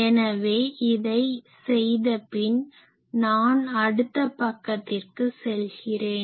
எனவே இதை செய்த பின் நான் அடுத்த பக்கத்திற்கு செல்கிறேன்